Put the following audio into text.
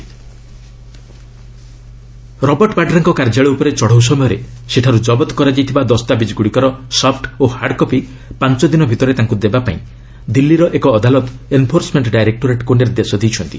court Vadra Robert ବାଡ୍ରାଙ୍କ କାର୍ଯ୍ୟାଳୟ ଉପରେ ଚଢ଼ଉ ସମୟରେ ସେଠାରୁ ଜବତ କରାଯାଇଥିବା ଦସ୍ତାବିଜ୍ଗୁଡ଼ିକର ସଫ୍ ଓ ହାର୍ଡ଼ କପି ପାଞ୍ଚ ଦିନ ଭିତରେ ତାଙ୍କୁ ଦେବାପାଇଁ ଦିଲ୍ଲୀର ଏକ ଅଦାଲତ ଏନ୍ଫୋର୍ସମେଣ୍ଟ ଡାଇରେକ୍ଟୋରେଟ୍କ୍ ନିର୍ଦ୍ଦେଶ ଦେଇଛନ୍ତି